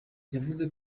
yavuze